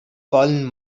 fallen